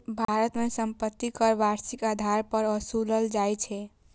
भारत मे संपत्ति कर वार्षिक आधार पर ओसूलल जाइ छै